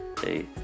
Hey